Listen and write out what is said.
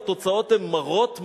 והתוצאות הן מרות,